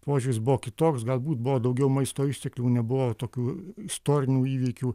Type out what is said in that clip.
požiūris buvo kitoks galbūt buvo daugiau maisto išteklių nebuvo tokių istorinių įvykių